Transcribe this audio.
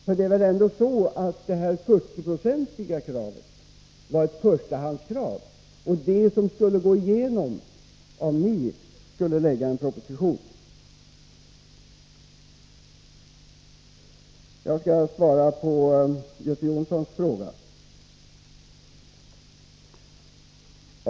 För det är väl ändå så att detta 40-procentiga krav var ett förstahandskrav, ett krav som skulle gå igenom om ni hade lagt fram en proposition? Jag skall svara på Göte Jonssons fråga.